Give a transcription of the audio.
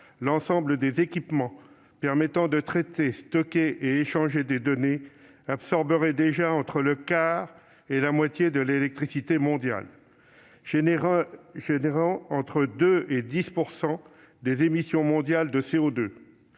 L'ensemble des équipements permettant de traiter, de stocker et d'échanger des données absorberait déjà entre le quart et la moitié de l'électricité mondiale, générant entre 2 % et 10 % des émissions mondiales de CO2.